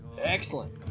excellent